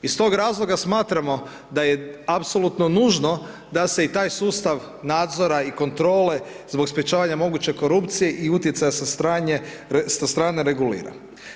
Iz toga razloga smatramo da je apsolutno nužno da se i taj sustav nadzora i kontrole zbog sprečavanja moguće korupcije i utjecaja sa strane, regulira.